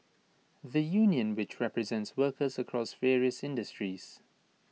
the union which represents workers across various industries